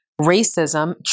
racism